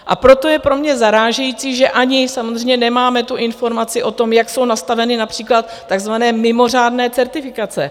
A proto je pro mě zarážející, že ani samozřejmě nemáme tu informaci o tom, jak jsou nastaveny například takzvané mimořádné certifikace.